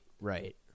Right